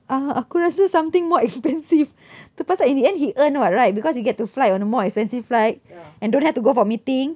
uh aku rasa something more expensive tu pasal in the end he earn what right because he get to fly on the more expensive flight and don't have to go for meeting